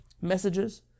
Messages